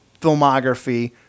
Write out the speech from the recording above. filmography